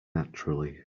naturally